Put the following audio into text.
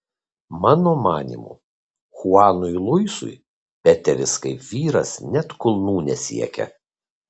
mano manymu chuanui luisui peteris kaip vyras net kulnų nesiekia